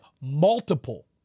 multiple